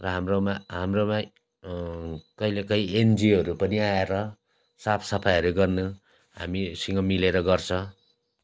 र हाम्रोमा हाम्रोमा कहिलेकहीँ एनजिओहरू पनि आएर साफसफाइहरू गर्न हामीसँग मिलेर गर्छ